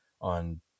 on